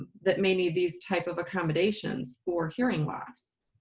that may need these type of accommodations or hearing loss?